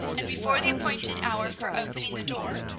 and before the appointed hour for opening the door,